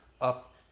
up